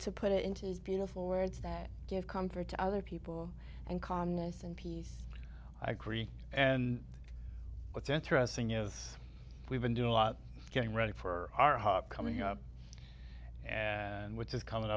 to put it into beautiful words that give comfort to other people and calmness and peace i agree and what's interesting is we've been doing a lot getting ready for our hop coming up and which is coming